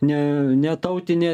ne ne tautinė